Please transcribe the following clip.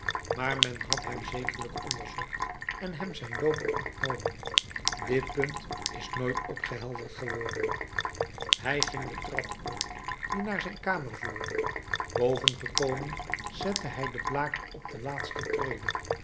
maar men had hem zekerlijk onderzocht en hem zijn looper ontnomen dit punt is nooit opgehelderd geworden hij ging de trap op die naar zijn kamer voerde boven gekomen zette hij den blaker op de laatste